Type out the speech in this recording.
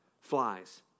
flies